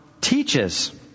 teaches